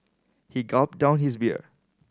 he gulped down his beer